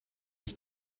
ich